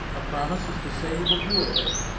a promise is to say you will do a thing,